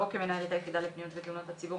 לא כמנהלת היחידה לפניות ותלונות הציבור,